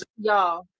y'all